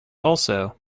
also